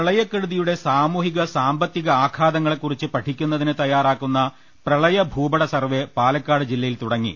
പ്രളയക്കെടുതിയുടെ സാമൂഹിക സാമ്പത്തിക ആഘാതങ്ങളെ കുറിച്ച് പഠിക്കുന്നതിനു തയ്യാറാക്കുന്ന പ്രളയ ഭൂപട സർവേ പാലക്കാട് ജില്ലയിൽ തുടങ്ങി